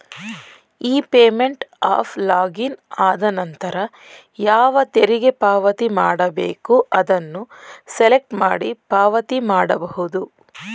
E payment ಅಫ್ login ಆದನಂತರ ಯಾವ ತೆರಿಗೆ ಪಾವತಿ ಮಾಡಬೇಕು ಅದನ್ನು ಸೆಲೆಕ್ಟ್ ಮಾಡಿ ಹಣ ಪಾವತಿ ಮಾಡಬಹುದು